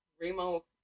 Remo